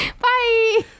Bye